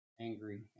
Angry